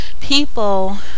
people